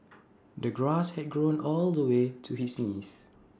the grass had grown all the way to his knees